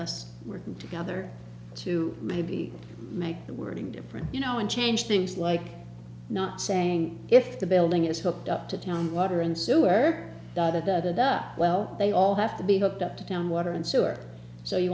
us working together to maybe make the wording different you know and change things like not saying if the building is hooked up to town water and sewer or the other that well they all have to be hooked up to town water and sewer so you